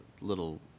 little